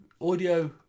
audio